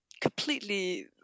completely